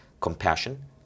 Compassion